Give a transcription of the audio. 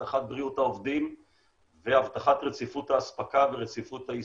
הבטחת בריאות העובדים והבטחת רציפות האספקה והרציפות העסקית,